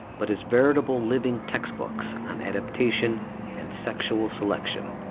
but as veritable living textbooks on adaptation and sexual selection